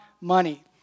money